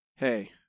hey